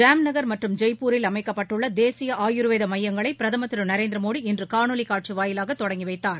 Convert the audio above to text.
jam Nagar மற்றும் ஜெப்ப்பூரில் அமைக்கப்பட்டுள்ள தேசிய ஆயுர்வேத மையங்களை பிரதமர் திரு நரேந்திரமோடி இன்று காணொலி காட்சி வாயிலாக தொடங்கி வைத்தார்